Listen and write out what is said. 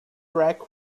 track